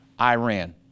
Iran